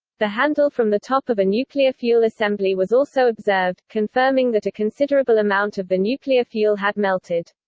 the handle from the top of a nuclear fuel assembly was also observed, confirming that a considerable amount of the nuclear fuel had melted.